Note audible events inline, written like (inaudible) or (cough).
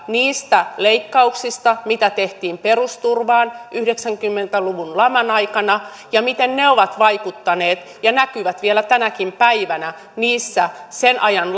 niistä leikkauksista mitä tehtiin perusturvaan yhdeksänkymmentä luvun laman aikana että miten ne ovat vaikuttaneet ja näkyvät vielä tänäkin päivänä niissä sen ajan (unintelligible)